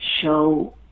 show